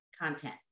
content